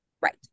Right